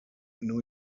new